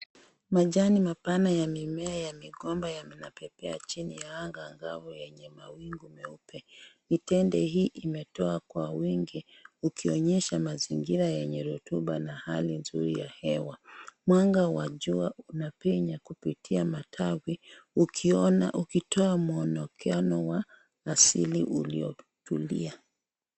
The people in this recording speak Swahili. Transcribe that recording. Majani mapana ya mimea ya migomba, yanabebea chini ya anga ambayo yenye mawingu meupe. Mitende hii inatoa kwa wingi , ukionyesha mazingira yenye rutuba na hali nzuri ya hewa. Mwanga wa jua unapenya kupitia matawi, ukiona, ukitoa mwondokeano na asili ulio tulia.